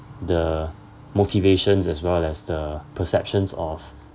the motivations as well as the perceptions of